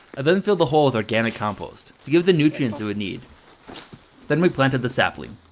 i then filled the hole with organic compost to give the nutrients it would need then we planted the sapling